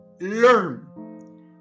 learn